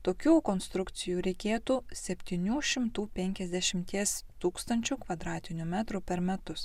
tokių konstrukcijų reikėtų septynių šimtų penkiasdešimties tūkstančių kvadratinių metrų per metus